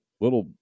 little